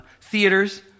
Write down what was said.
Theaters